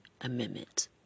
Amendment